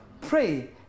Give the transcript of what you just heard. pray